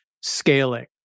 scaling